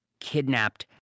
kidnapped